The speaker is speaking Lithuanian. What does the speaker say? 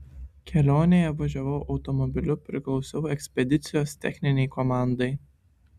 kelionėje važiavau automobiliu priklausiau ekspedicijos techninei komandai